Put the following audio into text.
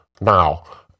Now